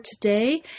today